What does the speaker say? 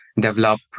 develop